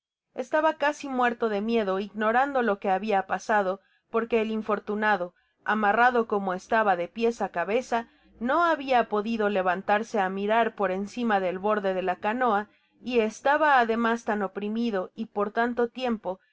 estaba casi muerto de miedo ignorando lo que habia pasado porque el infortunado amarrado como estaba de pies á cabeza no habia podido levantarse á mirar por encima del borde de la canoa y estaba ademas tan oprimido y por tanto